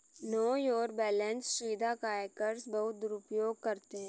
no your balance सुविधा का hackers बहुत दुरुपयोग करते हैं